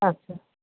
আচ্ছা